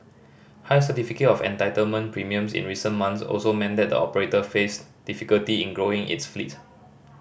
High Certificate of Entitlement premiums in recent months also meant that the operator faced difficulty in growing its fleet